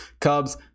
cubs